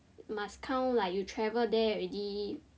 must count like you travel there already